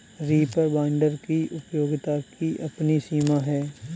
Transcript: reaper binder की उपयोगिता की अपनी सीमा है